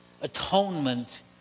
atonement